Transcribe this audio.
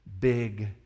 big